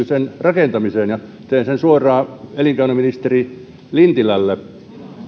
sen rakentamiseen ja teen sen suoraan elinkeinoministeri lintilälle